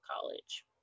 college